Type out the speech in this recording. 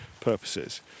purposes